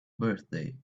birthday